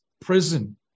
prison